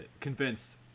convinced